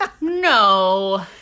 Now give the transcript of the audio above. No